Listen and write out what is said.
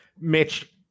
Mitch